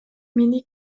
мени